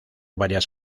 varias